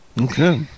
Okay